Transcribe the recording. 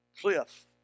Cliff